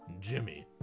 Jimmy